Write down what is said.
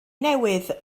newydd